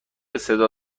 صدا